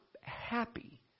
happy